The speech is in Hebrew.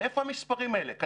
מאיפה המספרים האלה?